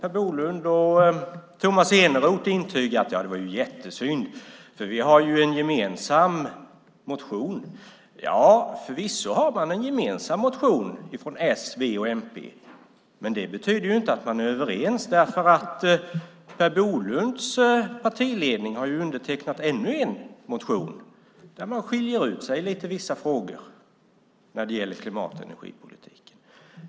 Per Bolund och Tomas Eneroth intygar att det var jättesynd eftersom man har en gemensam motion. Förvisso har man en gemensam motion från s, v och mp. Men det betyder inte att man är överens. Per Bolunds partiledning har nämligen undertecknat ännu en motion där man skiljer ut sig lite grann i vissa frågor när det gäller klimat och energipolitik.